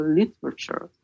literature